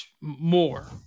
More